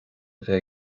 bheith